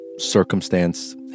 Circumstance